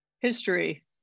history